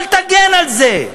אל תגן על זה.